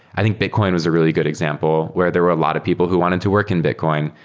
i think bitcoin was really good example, where there were a lot of people who wanted to work in bitcoin,